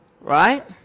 Right